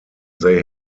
they